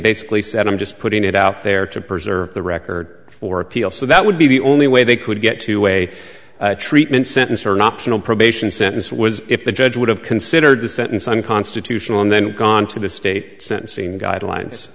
basically said i'm just putting it out there to preserve the record for appeal so that would be the only way they could get to a treatment sentence or not gentle probation sentence was if the judge would have considered the sentence unconstitutional and then gone to the state sentencing guidelines